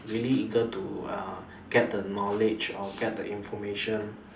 really eager to uh get the knowledge or get the information